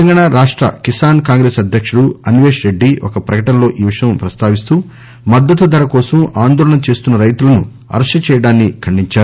తెలంగాణా రాష్ట కిసాన్ కాంగ్రెస్ అద్యకుడు అన్వేష్ రెడ్డి ఒక ప్రకటనలో ఈ విషయం ప్రస్తావిస్తూ మద్దతు ధర కోసం ఆందోళన చేస్తున్న రైతులను అరెస్ట్ చేయటాన్ని ఖండించారు